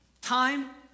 time